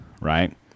right